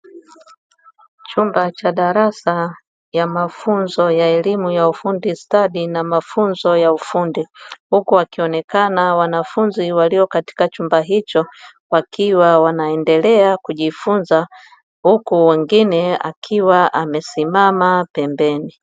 Chumba cha darasa ya mafunzo ya elimu ya ufundi stadi na mafunzo ya ufundi, huku wakionekana wanafunzi walio katika chumba hicho wakiwa wanaendelea kujifunza, huku wengine akiwa amesimama pembeni.